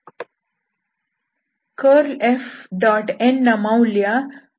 n ನ ಮೌಲ್ಯ 23